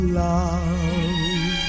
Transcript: love